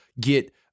get